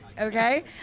okay